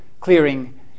Clearing